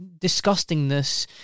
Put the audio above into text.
disgustingness